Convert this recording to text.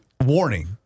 warning